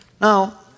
Now